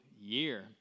year